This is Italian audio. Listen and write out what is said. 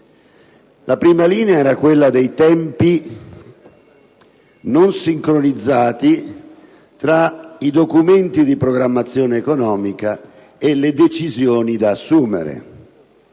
La prima era relativa ai tempi non sincronizzati tra i documenti di programmazione economica e le decisioni da assumere: